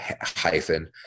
hyphen